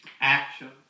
action